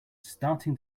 starting